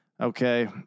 Okay